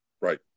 Right